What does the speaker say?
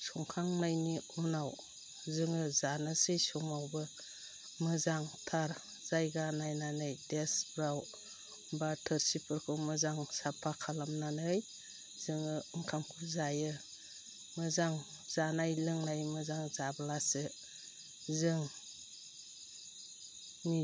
संखांनायनि उनाव जोङो जानोसै समावबो मोजांथार जायगा नायनानै देसफ्राव बा थोरसिफोरखौ मोजां साफा खालामनानै जोङो ओंखामखौ जायो मोजां जानाय लोंनाय मोजां जाब्लासो जोंनि